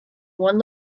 one